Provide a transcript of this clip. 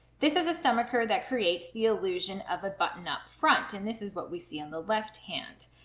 this is a stomacher that creates the illusion of a button up front and this is what we see on the left hand